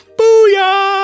Booyah